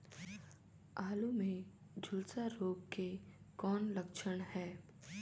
आलू मे झुलसा रोग के कौन लक्षण हे?